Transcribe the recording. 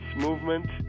movement